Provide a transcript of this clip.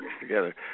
together